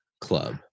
club